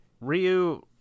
Ryu